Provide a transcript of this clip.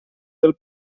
del